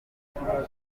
kurwanya